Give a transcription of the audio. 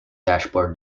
dashboard